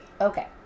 Okay